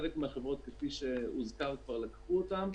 חלק מהחברות, כפי שהוזכר כבר, לקחו אותן.